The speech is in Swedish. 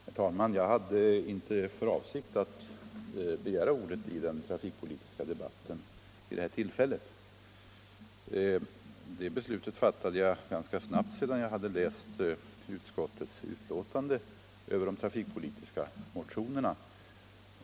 Herr talman! Jag hade inte för avsikt att begära ordet i den trafikpolitiska debatten vid detta tillfälle. Det beslutet fattade jag ganska snabbt sedan jag hade läst utskottets ,betänkande över de trafikpolitiska motionerna.